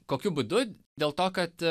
kokiu būdu dėl to kad